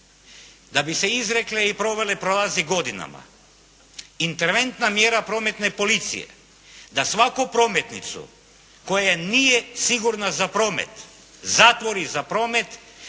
da bi se izrekle i provele prolazi godinama. Interventna mjera prometne policije da svaku prometnicu koja nije sigurna za promet zatvori za promet